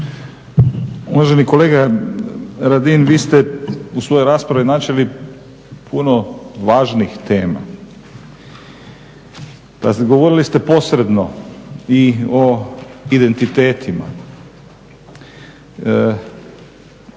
Uvaženi kolega Radin vi ste u svojoj raspravi načeli puno važnih tema. Govorili ste posredno i o identitetima,